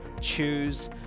Choose